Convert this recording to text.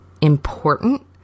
important